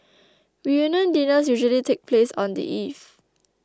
reunion dinners usually take place on the eve